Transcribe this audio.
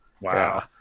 Wow